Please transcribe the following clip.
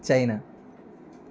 China